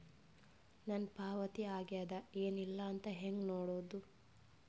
ನನ್ನ ಪಾವತಿ ಆಗ್ಯಾದ ಏನ್ ಇಲ್ಲ ಅಂತ ಹೆಂಗ ನೋಡುದು?